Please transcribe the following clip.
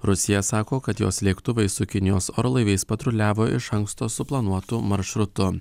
rusija sako kad jos lėktuvai su kinijos orlaiviais patruliavo iš anksto suplanuotu maršrutu